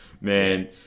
man